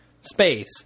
space